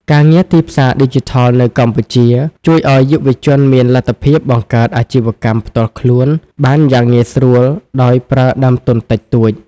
ការងារទីផ្សារឌីជីថលនៅកម្ពុជាជួយឱ្យយុវជនមានលទ្ធភាពបង្កើតអាជីវកម្មផ្ទាល់ខ្លួនបានយ៉ាងងាយស្រួលដោយប្រើដើមទុនតិចតួច។